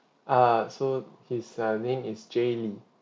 err so his uh name is jay lee